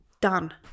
Done